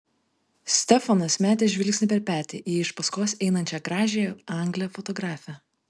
stefanas metė žvilgsnį per petį į iš paskos einančią gražiąją anglę fotografę